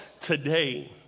today